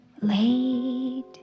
late